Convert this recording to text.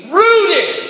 rooted